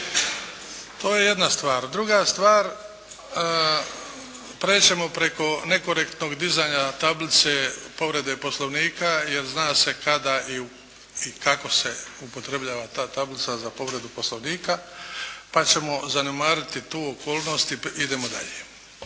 To je jedna stvar. Druga stvar, prijeći ćemo preko nekorektnog dizanja tablice povrede Poslovnika jer zna se kada i kako se upotrebljava ta tablica za povredu Poslovnika pa ćemo zanemariti tu okolnost i idemo dalje,